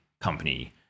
company